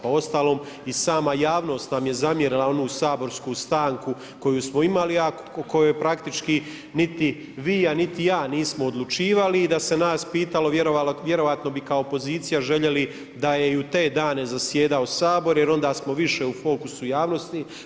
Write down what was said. Pa uostalom i sama javnost nam je zamjerila onu saborsku stanku, koju smo imali, a o kojoj praktički, niti vi niti ja nismo odlučivali i da se nas pitalo vjerojatno bi kao opozicija željeli da je i u te dane zajedao Sabor, jer onda smo više u fokusu javnosti.